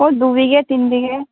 ও দু বিঘে তিন বিঘে